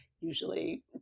Usually